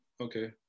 okay